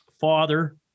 father